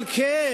על כן,